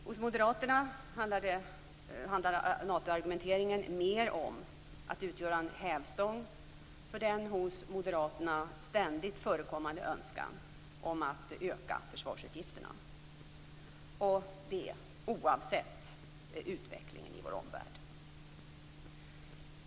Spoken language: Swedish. Hos Moderaterna handlar Natoargumenteringen mer om att utgöra en hävstång för den hos Moderaterna ständigt förekommande önskan om att öka försvarsutgifterna, oavsett utvecklingen i vår omvärld.